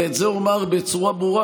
ואת זה אומר בצורה ברורה,